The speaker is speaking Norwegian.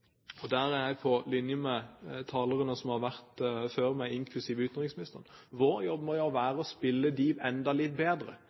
og der er jeg på linje med de talerne som har vært før meg, inklusiv utenriksministeren – må være å spille dem enda litt bedre. Vår jobb må